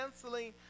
Canceling